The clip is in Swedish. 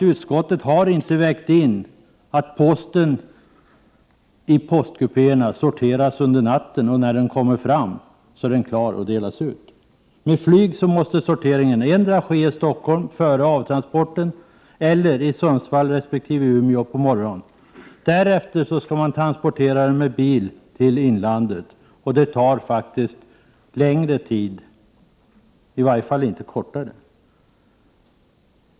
Utskottet har inte vägt in att posten sorteras i postkupéerna under natten och att den när den kommer fram är klar att delas ut. Om man använder flyg måste sorteringen endera ske i Stockholm före avtransporten eller i Sundsvall resp. Umeå på morgonen. Därefter skall posten transporteras med bil till inlandet. Detta tar längre tid. I varje fall blir tiden inte kortare.